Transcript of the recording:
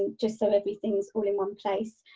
and just so everything's all in one place.